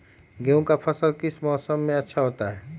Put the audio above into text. गेंहू का फसल किस मौसम में अच्छा होता है?